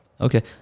Okay